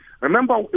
Remember